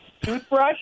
toothbrush